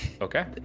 Okay